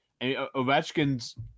ovechkin's